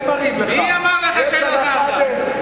אין, מי אמר לך שאין הלכה אחת?